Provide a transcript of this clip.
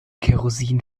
kerosin